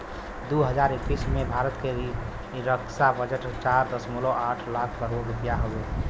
दू हज़ार इक्कीस में भारत के रक्छा बजट चार दशमलव आठ लाख करोड़ रुपिया हउवे